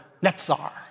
netzar